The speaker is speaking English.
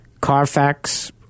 Carfax